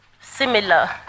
similar